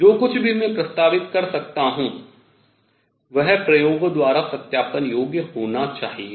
जो कुछ भी मैं प्रस्तावित कर सकता हूँ वह प्रयोगों द्वारा सत्यापन योग्य होना चाहिए